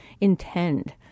intend